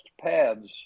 pads